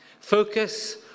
Focus